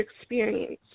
experience